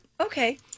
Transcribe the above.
Okay